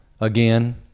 again